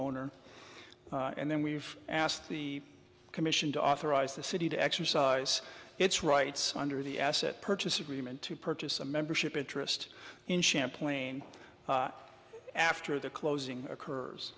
owner and then we've asked the commission to authorize the city to exercise its rights under the asset purchase agreement to purchase a membership interest in champlain after the closing occurs